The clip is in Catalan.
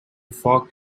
foc